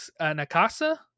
Nakasa